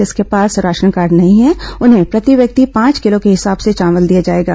जिनके पास ration card नहीं है उन्हें प्रति व्यक्ति पांच किलो के हिसाब से चावल दिया जाएगा